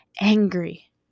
angry